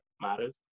matters